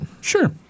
Sure